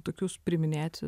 tokius priiminėti